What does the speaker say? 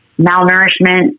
malnourishment